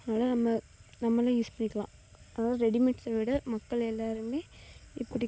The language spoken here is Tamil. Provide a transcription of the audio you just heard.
அதனால் நம்ம நம்மளே யூஸ் பண்ணிக்கலாம் அதனால் ரெடிமேட்ஸ் விட மக்கள் எல்லோருமே இப்படி